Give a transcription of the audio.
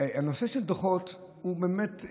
הנושא של דוחות הוא באמת,